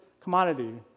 commodity